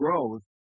growth